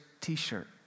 t-shirt